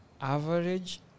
average